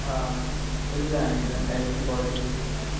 हाँ मिल जाएँगे मैम एच डी क्वाॅलिटी में मिल जाएँगे